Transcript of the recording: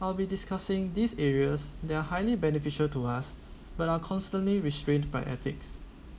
I'll be discussing these areas they are highly beneficial to us but are constantly restrained by ethics